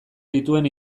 dituen